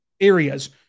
areas